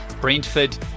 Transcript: Brentford